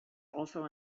also